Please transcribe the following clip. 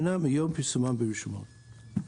שנה מיום פרסומן ברשומות.